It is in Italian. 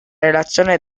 relazione